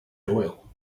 doyle